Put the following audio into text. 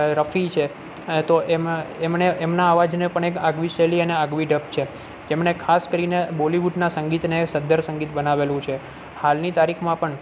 રફી છે તો એમાં એમના અવાજને પણ એક આગવી શૈલી અને આગવી ઢબ છે જેમણે ખાસ કરીને બોલિવૂડના સંગીતને સધ્ધર સંગીત બનાવેલું છે હાલની તારીખમાં પણ